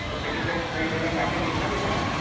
और कहीं जगह कई जगह जाके देखा भी था मैंने